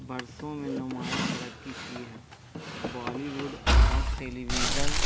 برسوں میں نمایاں ترقی کی ہے بالیووڈ اور ٹیلیویژن